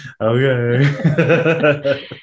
Okay